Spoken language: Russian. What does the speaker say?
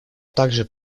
также